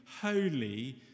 holy